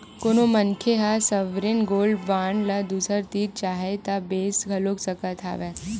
कोनो मनखे ह सॉवरेन गोल्ड बांड ल दूसर तीर चाहय ता बेंच घलो सकत हवय